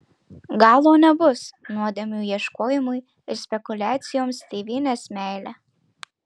galo nebus nuodėmių ieškojimui ir spekuliacijoms tėvynės meile